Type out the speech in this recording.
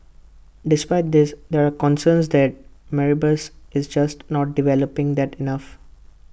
despite this there are concerns that Mauritius is just not developing that enough